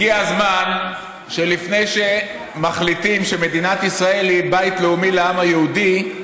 הגיע הזמן שלפני שמחליטים שמדינת ישראל היא בית לאומי לעם היהודי,